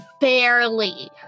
Barely